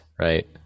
right